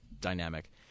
dynamic